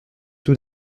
tout